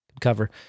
cover